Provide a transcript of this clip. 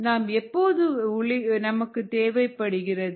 நமக்கு எப்போது ஒளியின் தேவையுள்ளது